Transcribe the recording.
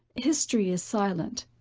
history is silent.